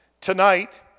Tonight